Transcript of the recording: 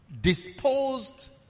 Disposed